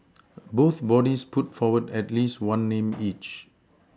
both bodies put forward at least one name each